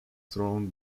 thrown